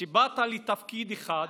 באת לתפקיד אחד: